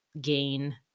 gain